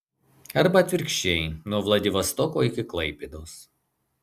arba atvirkščiai nuo vladivostoko iki klaipėdos